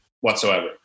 whatsoever